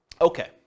Okay